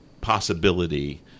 possibility